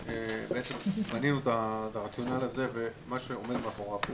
מנינו את הרציונל הזה ואת מה שעומד מאחוריו.